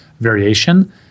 variation